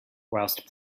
whilst